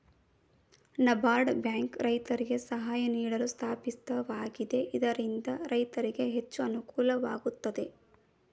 NABARD bank ರೈತರಿಗೆ ಸಹಾಯ ನೀಡಲು ಸ್ಥಾಪಿತವಾಗಿದೆ ಇದರಿಂದ ರೈತರಿಗೆ ಹೆಚ್ಚು ಅನುಕೂಲವಾಗುತ್ತದೆ